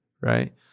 right